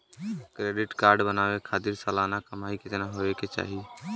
Credit card बनवावे खातिर सालाना कमाई कितना होए के चाही?